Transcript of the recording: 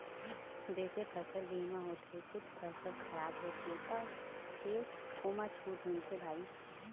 जइसे फसल बीमा होथे कुछ फसल खराब होथे त फेर ओमा छूट मिलथे भई